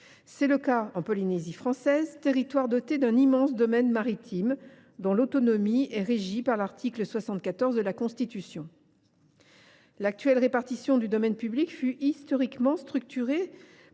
ainsi de la Polynésie française, territoire doté d’un immense domaine maritime, dont l’autonomie est régie par l’article 74 de la Constitution. L’actuelle répartition du domaine public fut historiquement structurée